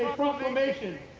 proclamation,